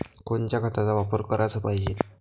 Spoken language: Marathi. कोनच्या खताचा वापर कराच पायजे?